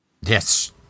Yes